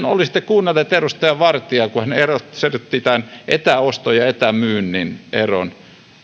olisitte kuunnelleet edustaja vartiaa kun hän selitti tämän etäoston ja etämyynnin eron